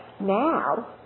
now